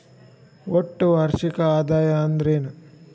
ಒಟ್ಟ ವಾರ್ಷಿಕ ಆದಾಯ ಅಂದ್ರೆನ?